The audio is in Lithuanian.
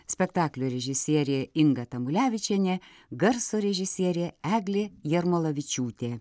spektaklio režisierė inga tamulevičienė garso režisierė eglė jarmolavičiūtė